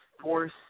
force